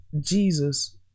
Jesus